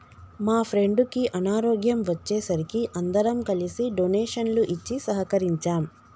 మా ఫ్రెండుకి అనారోగ్యం వచ్చే సరికి అందరం కలిసి డొనేషన్లు ఇచ్చి సహకరించాం